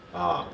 ah